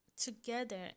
together